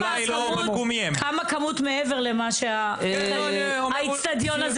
מה היתה הכמות מעבר למה שמותר להכיל באצטדיון?